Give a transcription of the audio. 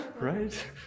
Right